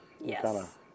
Yes